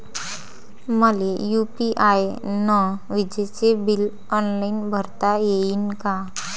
मले यू.पी.आय न विजेचे बिल ऑनलाईन भरता येईन का?